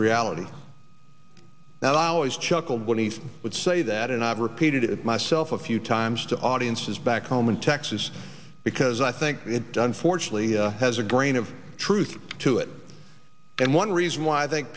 reality that i always chuckled when he would say that and i've repeated it myself a few times to audiences back home in texas because i think it done fortunately has a grain of truth to it and one reason why